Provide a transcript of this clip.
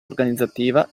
organizzativa